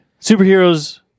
superheroes